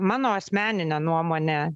mano asmenine nuomone